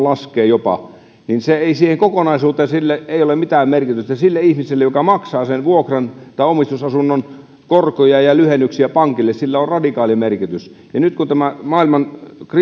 jopa laskee ei siihen kokonaisuuteen ole mitään merkitystä sille ihmiselle joka maksaa sen vuokran tai omistusasunnon korkoja ja lyhennyksiä pankille sillä asuntojen hintatasolla on radikaali merkitys ja nyt kun maailman